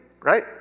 right